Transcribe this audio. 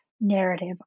narrative